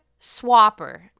swapper